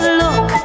look